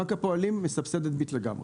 בנק הפועלים מסבסד את "ביט" לגמרי.